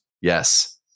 Yes